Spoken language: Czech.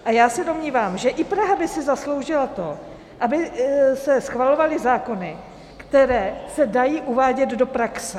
A já se domnívám, že i Praha by si zasloužila to, aby se schvalovaly zákony, které se dají uvádět do praxe.